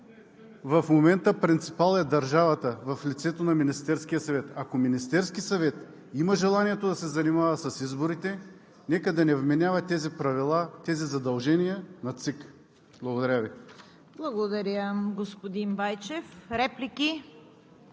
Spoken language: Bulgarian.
В момента принципал е държавата в лицето на Министерския съвет. Ако Министерският съвет има желанието да се занимава с изборите, нека да не вменява тези правила, тези задължения на ЦИК. Благодаря Ви. ПРЕДСЕДАТЕЛ ЦВЕТА КАРАЯНЧЕВА: Благодаря, господин Байчев. Реплики?